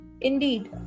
Indeed